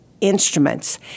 instruments